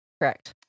Correct